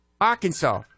Arkansas